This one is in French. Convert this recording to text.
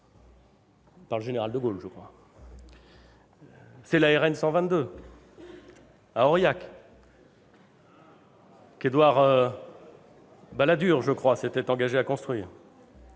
par le général de Gaulle, je crois ; à la RN 122, à Aurillac, qu'Édouard Balladur, me semble-t-il, s'était engagé à construire